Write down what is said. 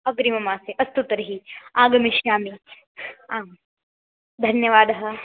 अग्रिममासे अस्तु तर्हि आगमिष्यामि आं धन्यवादः